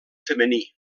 femení